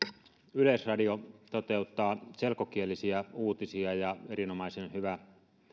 yleisradio toteuttaa selkokielisiä uutisia erinomaisen hyvä